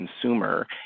consumer